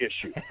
issue